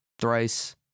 thrice